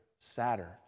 sadder